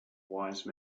wise